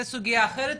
זה סוגיה אחרת,